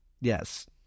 Yes